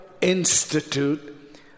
Institute